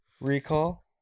recall